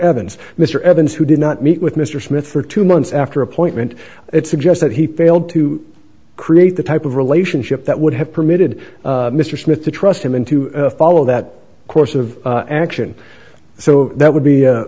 evans mr evans who did not meet with mr smith for two months after appointment it suggests that he failed to create the type of relationship that would have permitted mr smith to trust him and to follow that course of action so that would be